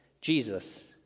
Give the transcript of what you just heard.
Jesus